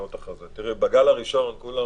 בגל הראשון כולם